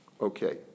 Okay